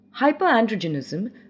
Hyperandrogenism